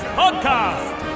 podcast